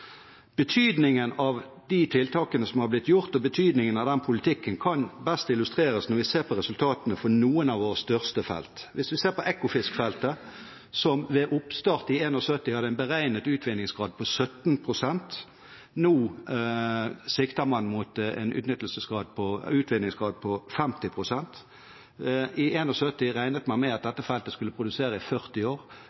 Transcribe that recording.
Betydningen av de tiltakene som har blitt gjort, og betydningen av den politikken, kan best illustreres når vi ser på resultatene for noen av våre største felt. Hvis vi ser på Ekofiskfeltet, som ved oppstart i 1971 hadde en beregnet utvinningsgrad på 17 pst., sikter man nå mot en utvinningsgrad på 50 pst. I 1971 regnet man med at dette feltet skulle produsere i 40 år,